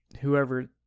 whoever